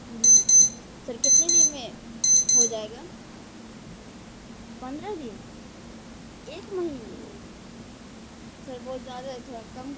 جی جی سر کتنے دن میں ہو جائے گا پندرہ دن ایک مہینے سر بہت زیادہ ہے تھوڑا کم کیجے